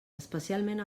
especialment